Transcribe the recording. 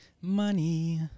money